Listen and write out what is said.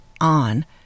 on